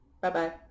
bye-bye